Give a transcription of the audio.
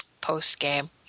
post-game